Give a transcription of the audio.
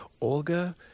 Olga